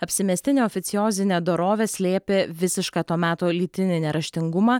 apsimestinė oficiozinė dorovė slėpė visišką to meto lytinį neraštingumą